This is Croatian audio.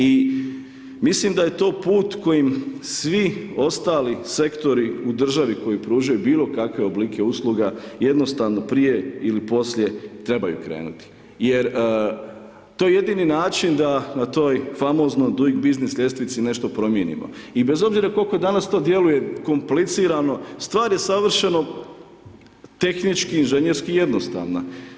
I mislim da je to put kojim svi ostali sektori u državi koji pružaju bilo kakve oblike usluga, jednostavno prije ili poslije trebaju krenuti jer to je jedini način da na toj famoznoj dujing biznis ljestvici nešto promijenimo i bez obzira koliko to danas djeluje komplicirano, stvar je savršeno tehnički i inženjerski jednostavna.